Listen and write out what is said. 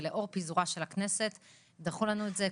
אך לאור פיזור הכנסת דחו לנו את זה.